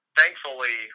thankfully